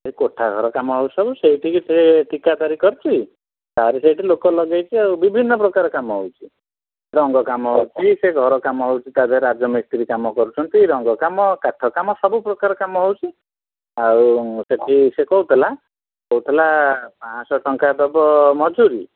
ଏ କୋଠାଘର କାମ ହେଉଥିବ ସେଇଠିକି ସେ ଠିକାଦାର କରିଛି ତା'ର ସେଠି ଲୋକ ଲଗାଇଛି ଆଉ ବିଭିନ୍ନପ୍ରକାର କାମ ହେଉଛି ରଙ୍ଗ କାମ ହେଉଛି ସେ ଘର କାମ ହେଉଛି ତା'ଦେହରେ ସେ ରାଜମିସ୍ତ୍ରୀ କାମ କରୁଛନ୍ତି ରଙ୍ଗ କାମ କାଠ କାମ ସବୁ ପ୍ରକାର କାମ ହେଉଛି ଆଉ ସେଠି ସେ କହୁଥିଲା କହୁଥିଲା ପାଞ୍ଚଶହ ଟଙ୍କା ଦେବ ମଜୁରୀ